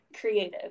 creative